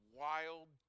wild